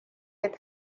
that